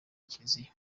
kiliziya